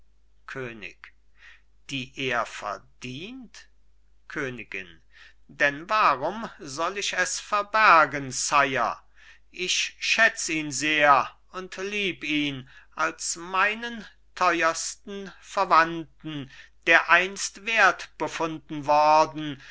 könig die er verdient königin denn warum soll ich es verbergen sire ich schätz ihn sehr und lieb ihn als meinen teuersten verwandten der einst wert befunden worden